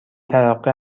ترقه